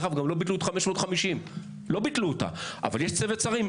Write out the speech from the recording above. דרך אגב, גם לא ביטלו את 550, אבל צוות שרים?